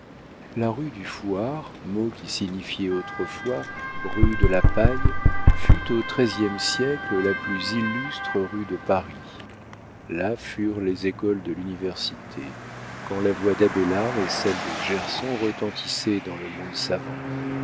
la rue du fouarre mot qui signifiait autrefois rue de la paille fut au treizième siècle la plus illustre rue de paris là furent les écoles de l'université quand la voix d'abeilard et celle de gerson retentissaient dans le monde savant